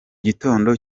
gitondo